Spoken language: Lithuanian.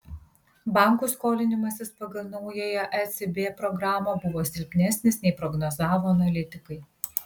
bankų skolinimasis pagal naująją ecb programą buvo silpnesnis nei prognozavo analitikai